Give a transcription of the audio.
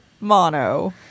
mono